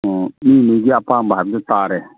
ꯃꯤ ꯃꯤꯒꯤ ꯑꯄꯥꯝꯕ ꯍꯥꯏꯕꯗꯣ ꯇꯥꯔꯦ